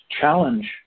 challenge